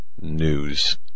news